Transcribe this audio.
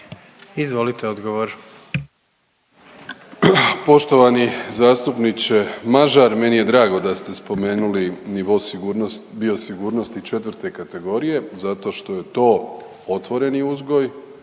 Andrej (HDZ)** Poštovani zastupniče Mažar meni je drago da ste spomenuli nivo biosigurnosti 4. kategorije zato što je to otvoreni uzgoj,